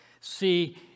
See